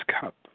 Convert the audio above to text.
cup